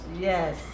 Yes